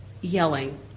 yelling